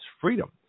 freedom